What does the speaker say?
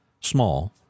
small